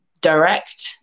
direct